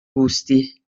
gusti